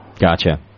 Gotcha